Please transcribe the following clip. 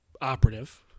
operative